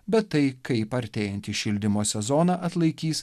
bet tai kaip artėjantį šildymo sezoną atlaikys